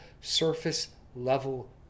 surface-level